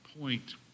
point